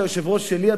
אתה היושב-ראש שלי,